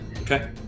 Okay